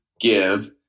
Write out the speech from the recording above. give